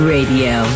Radio